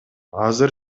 азыр